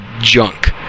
junk